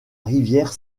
rivière